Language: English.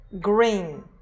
green